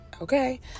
okay